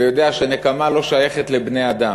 ואני יודע שהנקמה לא שייכת לבני-אדם,